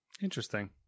Interesting